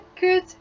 good